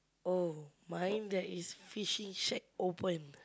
oh mine there is fishing shack open